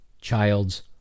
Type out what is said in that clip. child's